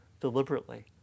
deliberately